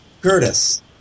Curtis